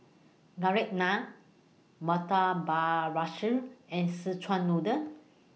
Garlic Naan Murtabak Rusa and Szechuan Noodle